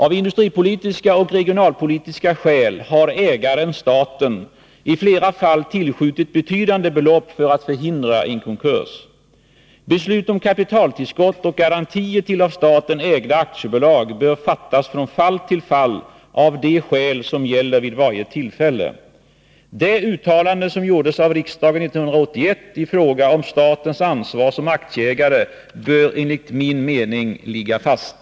Avindustripolitiska och regionalpolitiska skäl har ägaren/staten i flera fall tillskjutit betydande belopp för att förhindra en konkurs. Beslut om kapitaltillskott och garantier till av staten ägda aktiebolag bör fattas från fall till fall mot bakgrund av de skäl som gäller vid varje tillfälle. Det uttalande som gjordes av riksdagen år 1981 i fråga om statens ansvar som aktieägare bör enligt min mening ligga fast.